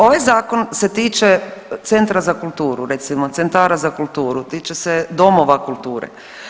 Ovaj zakon se tiče centra za kulturu, recimo centara za kulturu, tiče se domova kulture.